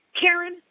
Karen